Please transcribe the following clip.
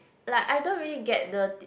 like I don't really get the